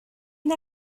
une